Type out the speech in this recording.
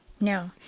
no